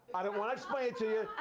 i don't want to explain it to you